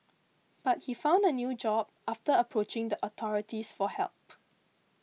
but he found a new job after approaching the authorities for help